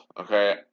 okay